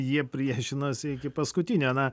jie priešinosi iki paskutinio na